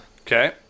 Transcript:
Okay